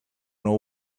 know